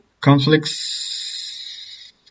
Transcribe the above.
Conflicts